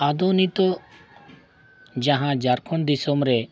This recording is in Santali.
ᱟᱫᱚ ᱱᱤᱛᱳᱜ ᱡᱟᱦᱟᱸ ᱡᱷᱟᱲᱠᱷᱚᱸᱰ ᱫᱤᱥᱚᱢ ᱨᱮ